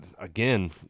again